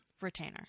Retainer